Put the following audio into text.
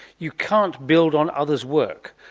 you can't build on others' work.